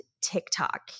TikTok